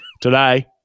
Today